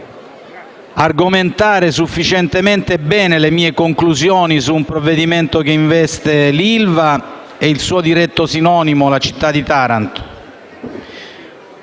argomentare sufficientemente bene le mie conclusioni su un provvedimento che investe l'ILVA e il suo diretto sinonimo, la città di Taranto.